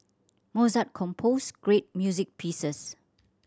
Mozart composed great music pieces